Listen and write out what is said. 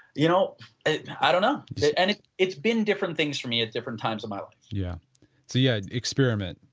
you know i don't know and it's been different things for me at different times of my life yeah, so yeah experiment,